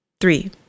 Three